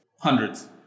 Hundreds